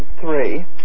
three